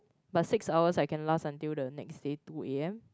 but six hours I can last until the next day two A_M